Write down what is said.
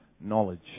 knowledge